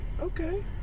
Okay